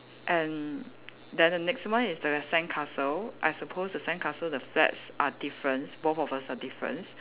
and then the next one is the sandcastle I supposed the sandcastle the flags are difference both of us are difference